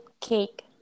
cake